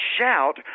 shout